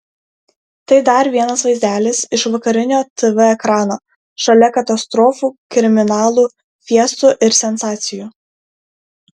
tai dar vienas vaizdelis iš vakarinio tv ekrano šalia katastrofų kriminalų fiestų ir sensacijų